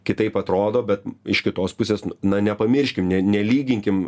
kitaip atrodo bet iš kitos pusės na nepamirškim nelyginkim